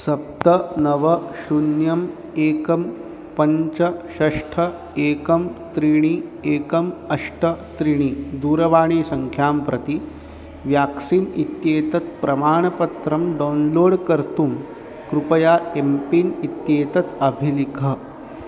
सप्त नव शून्यम् एकं पञ्च षट् एकं त्रीणि एकम् अष्ट त्रीणि दूरवाणीसङ्ख्यां प्रति व्याक्सीन् इत्येतत् प्रमाणपत्रं डौन्लोड् कर्तुं कृपया एम् पिन् इत्येतत् अभिलिख